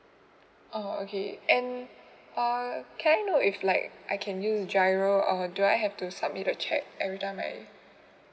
oh okay and uh can I know if like I can use giro or do I have to submit the cheque every time I